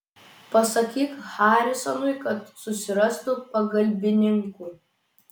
pasakyk harisonui kad susirastų pagalbininkų